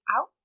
out